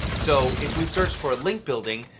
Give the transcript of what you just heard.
so if we search for link building,